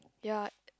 ya